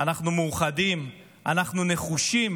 אנחנו מאוחדים, אנחנו נחושים